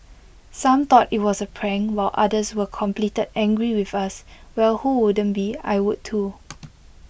some thought IT was A prank while others were completed angry with us well who wouldn't be I would too